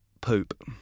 poop